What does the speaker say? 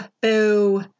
boo